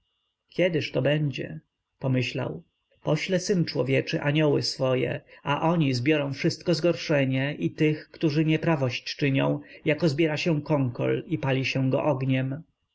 obietnic kiedyżto będzie pomyślał pośle syn człowieczy anioły swoje a oni zbiorą wszystkie zgorszenia i tych którzy nieprawość czynią jako zbiera się kąkol i pali się go ogniem